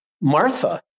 Martha